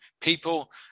people